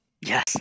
Yes